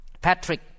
Patrick